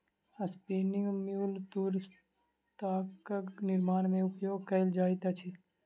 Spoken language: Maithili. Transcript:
स्पिनिंग म्यूल तूर सॅ तागक निर्माण में उपयोग कएल जाइत अछि